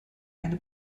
eine